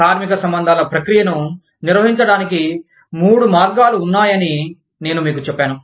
కార్మిక సంబంధాల ప్రక్రియను నిర్వహించడానికి మూడు మార్గాలు ఉన్నాయని నేను మీకు చెప్పాను